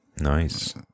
Nice